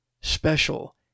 special